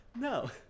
No